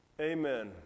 Amen